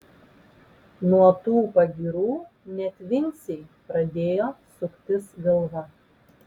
nuo tų pagyrų net vincei pradėjo suktis galva